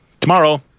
tomorrow